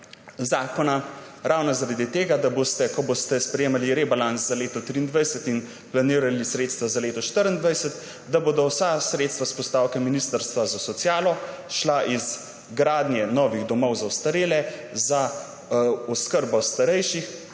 zakona? Ravno zaradi tega, da ko boste sprejemali rebalans za leto 2023 in planirali sredstva za leto 2024, bodo vsa sredstva iz postavke ministrstva za socialo šla iz gradnje novih domov za ostarele, za oskrbo starejših